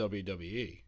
wwe